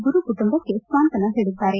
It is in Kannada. ಗುರು ಕುಟುಂಬಕ್ಕೆ ಸಾಂತ್ವನ ಹೇಳಿದ್ದಾರೆ